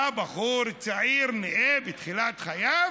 בא בחור צעיר, נאה, בתחילת חייו,